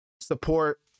support